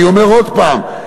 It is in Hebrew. אני אומר עוד הפעם,